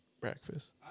breakfast